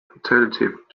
alternative